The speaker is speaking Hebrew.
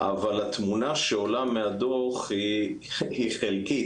אבל התמונה שעולה מהדוח היא חלקית.